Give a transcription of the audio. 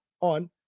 on